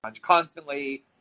constantly